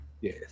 yes